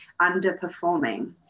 underperforming